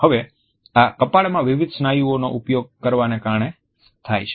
હવે આ કપાળમાં વિવિધ સ્નાયુઓનો ઉપયોગ કરવાને કારણે થાય છે